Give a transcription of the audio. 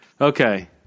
Okay